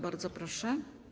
Bardzo proszę.